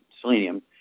selenium